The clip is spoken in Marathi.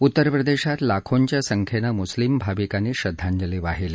उत्तर प्रदेशात लाखोंच्या संख्येने मुस्लिम भाविकांनी श्रद्धांजली वाहिली